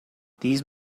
these